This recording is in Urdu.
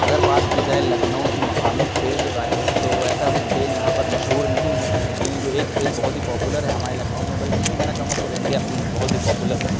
اگر بات کی جائے لکھنؤ کی مقامی کھیل کے بارے میں تو ایسا کوئی کھیل یہاں پر مشہور نہیں ہے لیکن جو ایک کھیل بہت ہی پاپولر ہے ہمارے لکھنؤ میں بلکہ میں کہنا چاہوں گا پورے انڈیا میں بہت ہی پاپولر ہے